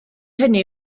hynny